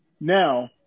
Now